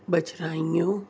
بچھرائیوں